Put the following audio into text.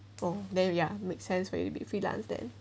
for then ya make sense for you to be freelance then